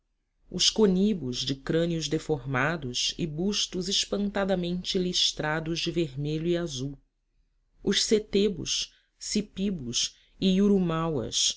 os conibos de crânios deformados e bustos espantadamente listrados de vermelho e azul os setebos sipibos e iurimauas os